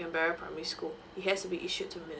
canberra primary school it has to be issued to